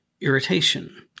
irritation